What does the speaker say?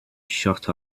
shut